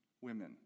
women